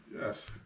Yes